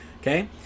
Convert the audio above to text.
Okay